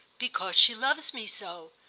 because she loves me so!